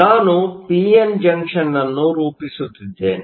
ನಾವು P N junction ಅನ್ನು ರೂಪಿಸುತ್ತಿದ್ದೇವೆ